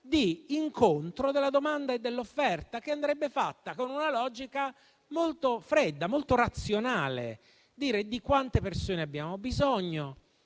di incontro della domanda e dell'offerta, che andrebbe fatta con una logica molto fredda e razionale: dovremmo dire di quante persone abbiamo bisogno,